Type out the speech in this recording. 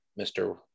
Mr